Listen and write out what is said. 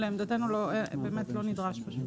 לעמדתנו, באמת לא נדרש.